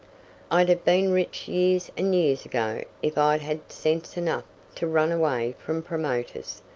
i'd have been rich years and years ago if i'd had sense enough to run away from promoters.